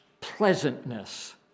pleasantness